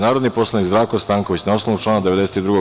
Narodni poslanik Zdravko Stanković, na osnovu člana 92.